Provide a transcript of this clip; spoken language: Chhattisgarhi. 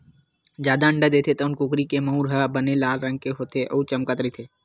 जादा अंडा देथे तउन कुकरी के मउर ह बने लाल रंग के होथे अउ चमकत रहिथे